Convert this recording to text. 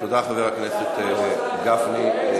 תודה, חבר הכנסת גפני.